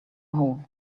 hole